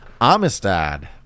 Amistad